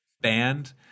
band